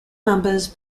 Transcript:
members